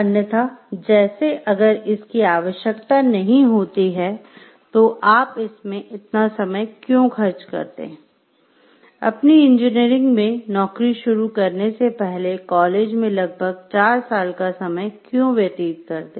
अन्यथा जैसे अगर इसकी आवश्यकता नहीं होती है तो आप इसमें इतना समय क्यों खर्च करते अपनी इंजीनियरिंग में नौकरी शुरू करने से पहले कॉलेज में लगभग चार साल का समय क्यों व्यतीत करते